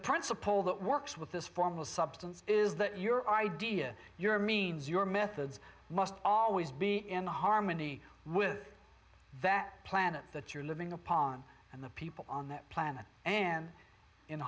principle that works with this form of substance is that your idea your means your methods must always be in harmony with that planet that you're living upon and the people on that planet and in